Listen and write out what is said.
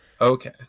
Okay